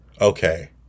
Okay